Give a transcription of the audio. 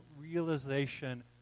realization